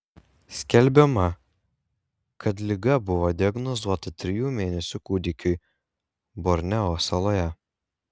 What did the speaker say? skelbiama kad liga buvo diagnozuota trijų mėnesių kūdikiui borneo saloje